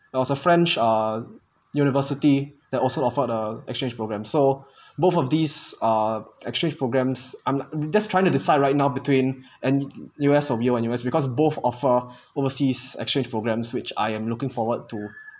it was a french uh university that also offered a exchange program so both of these are exchange programmes I'm just trying to decide right now between N_U_S or yale-N_U_S because both offer overseas exchange programmes which I am looking forward to